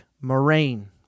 Moraine